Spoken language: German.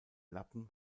lappen